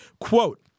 Quote